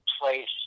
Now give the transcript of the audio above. place